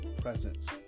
presence